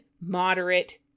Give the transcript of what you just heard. moderate